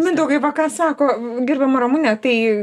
mindaugai va ką sako gerbiama ramunė tai